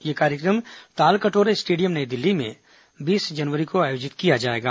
यह कार्यक्रम तालकटोरा स्टेडियम नई दिल्ली में बीस जनवरी को आयोजित किया जाएगा